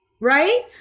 right